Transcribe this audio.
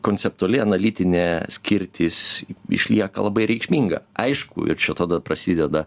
konceptuali analitine skirtis išlieka labai reikšminga aišku ir čia tada prasideda